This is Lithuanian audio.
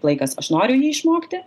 laikas aš noriu jį išmokti